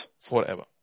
forever